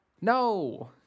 No